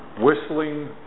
Whistling